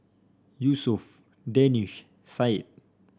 Yusuf Danish Syed